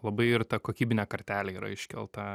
labai ir ta kokybinė kartelė yra iškelta